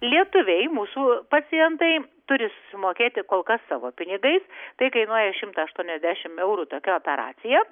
lietuviai mūsų pacientai turi sumokėti kol kas savo pinigais tai kainuoja šimtą aštuoniasdešim eurų tokia operacija